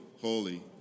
holy